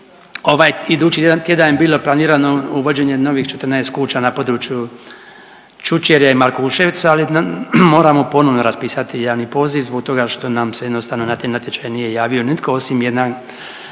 ovaj idući tjedan je bilo planirano uvođenje novih 14 kuća na području Čučerja i Markuševca, ali moramo ponovno raspisati javni poziv zbog toga što nam se jednostavno na te natječaje nije javio nitko osim jedna